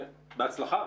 בהצלחה.